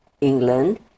England